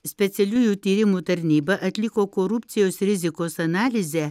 specialiųjų tyrimų tarnyba atliko korupcijos rizikos analizę